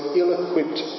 ill-equipped